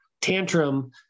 tantrum